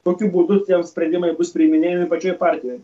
tokiu būdu tie sprendimai bus priiminėjami pačioje partijoj